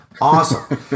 Awesome